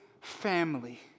family